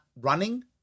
running